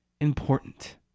important